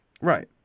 Right